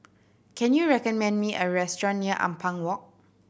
can you recommend me a restaurant near Ampang Walk